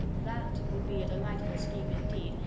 that would be a delightful scheme indeed,